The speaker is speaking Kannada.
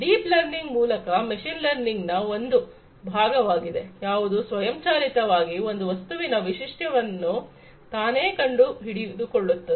ಡೀಪ್ ಲರ್ನಿಂಗ್ ಮೂಲಕ ಮಷೀನ್ ಲರ್ನಿಂಗ್ ನ ಒಂದು ಭಾಗವಾಗಿದೆ ಯಾವುದು ಸ್ವಯಂಚಾಲಿತವಾಗಿ ಒಂದು ವಸ್ತುವಿನ ವೈಶಿಷ್ಟಗಳನ್ನು ತಾನೇ ಕಂಡು ಹಿಡಿದುಕೊಳ್ಳುತ್ತದೆ